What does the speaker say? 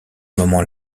moment